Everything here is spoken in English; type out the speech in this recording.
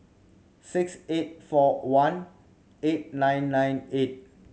six eight four one eight nine nine eight